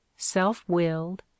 self-willed